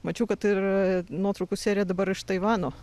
mačiau kad ir nuotraukų serija dabar iš taivano